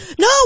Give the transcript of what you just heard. No